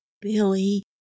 Billy